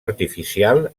artificial